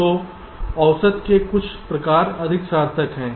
तो औसत के कुछ प्रकार अधिक सार्थक है